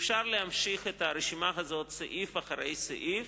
אפשר להמשיך את הרשימה הזאת סעיף אחרי סעיף.